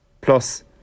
Plus